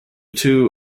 two